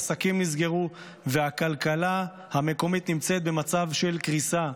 עסקים נסגרו והכלכלה המקומית נמצאת במצב של קריסה.